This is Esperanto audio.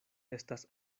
estas